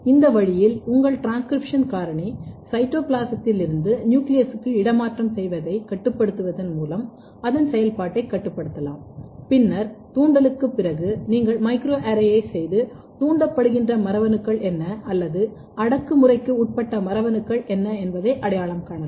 இந்த வழியில் உங்கள் டிரான்ஸ்கிரிப்ஷன் காரணி சைட்டோபிளாஸத்திலிருந்து நியூக்ளியஸுக்கு இடமாற்றம் செய்வதைக் கட்டுப்படுத்துவதன் மூலம் அதன் செயல்பாட்டைக் கட்டுப்படுத்தலாம் பின்னர் தூண்டலுக்குப் பிறகு நீங்கள் மைக்ரோ அரேயைச் செய்து தூண்டப்படுகின்ற மரபணுக்கள் என்ன அல்லது அடக்குமுறைக்கு உட்பட்ட மரபணுக்கள் என்ன என்பதை அடையாளம் காணலாம்